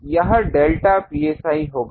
तो यह delta psi होगा